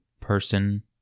person